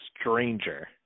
stranger